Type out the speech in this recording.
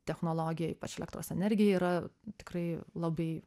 technologiją ypač elektros energija yra tikrai labai